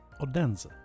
Odense